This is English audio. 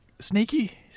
Sneaky